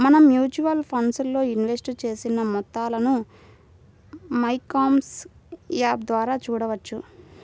మనం mutual funds లో invest చేసిన మొత్తాలను మైక్యామ్స్ యాప్ ద్వారా చూడవచ్చు